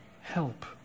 help